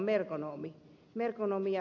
merkonomi ja tradenomi